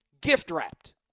gift-wrapped